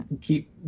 keep